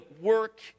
work